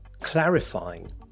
clarifying